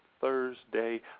Thursday